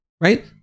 Right